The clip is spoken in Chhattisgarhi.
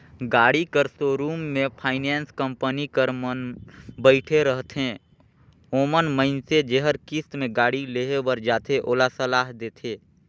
गाड़ी कर सोरुम में फाइनेंस कंपनी कर मन बइठे रहथें ओमन मइनसे जेहर किस्त में गाड़ी लेहे बर जाथे ओला सलाह देथे